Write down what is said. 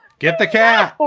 get the cat.